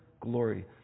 glory